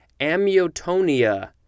amyotonia